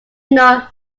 know